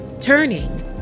Turning